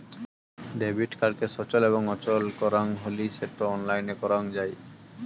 debit কার্ডকে সচল এবং অচল করাং হলি সেটো অনলাইনে করাং যাই